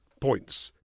points